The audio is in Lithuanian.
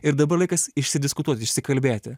ir dabar laikas išsidiskutuot išsikalbėti